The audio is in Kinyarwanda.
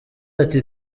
ati